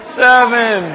seven